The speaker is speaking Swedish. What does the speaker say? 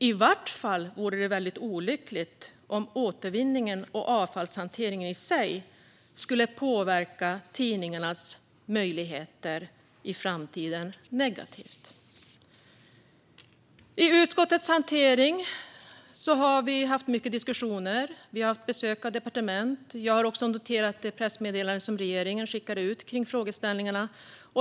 I vart fall vore det väldigt olyckligt om återvinningen och avfallshanteringen i sig skulle påverka tidningarnas möjligheter i framtiden negativt. I utskottets hantering har vi haft mycket diskussioner. Vi har haft besök av departement. Vi har också noterat det pressmeddelande som regeringen skickat ut kring frågeställningarna.